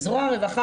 זרוע העבודה,